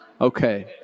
Okay